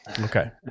Okay